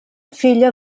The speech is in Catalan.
filla